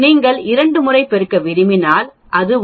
நீங்கள் இரண்டு முறை பெருக்க விரும்பினால் அது 0